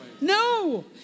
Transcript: No